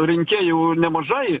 rinkėjų nemažai